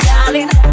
Darling